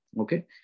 Okay